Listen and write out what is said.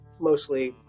mostly